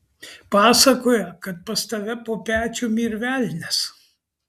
pasakoja kad pas tave po pečiumi yr velnias